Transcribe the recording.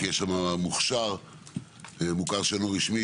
כי יש שם מוכר שאינו רשמי,